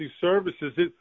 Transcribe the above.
services